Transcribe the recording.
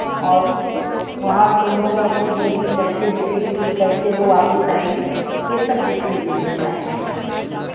और वहाँ से उन्होंने अपनी ज़िंदगी कैसे व्यतीत कि कैसे वो वापिस आए सब देखने को मिलता है